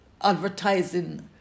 advertising